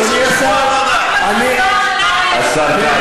זה לא חל על חברי הכנסת.